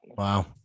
Wow